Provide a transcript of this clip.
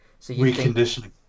Reconditioning